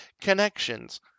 connections